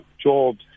jobs